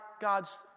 God's